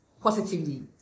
positively